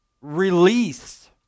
release